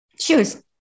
shoes